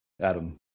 Adam